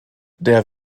der